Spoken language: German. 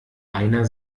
einer